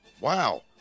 wow